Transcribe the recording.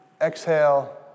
Exhale